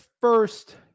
first